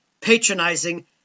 patronizing